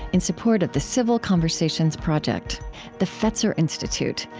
in support of the civil conversations project the fetzer institute,